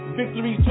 victory